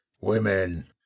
women